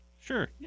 sure